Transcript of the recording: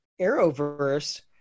Arrowverse